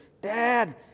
Dad